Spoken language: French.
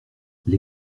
les